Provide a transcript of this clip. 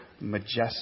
majestic